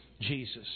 Jesus